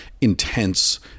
intense